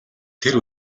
тэр